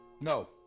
no